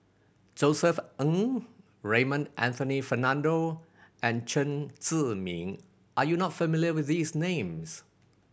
Josef Ng Raymond Anthony Fernando and Chen Zhiming are you not familiar with these names